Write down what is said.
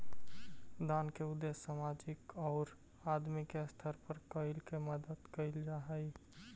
दान के उद्देश्य सामाजिक औउर आदमी के स्तर पर कोई के मदद कईल जा हई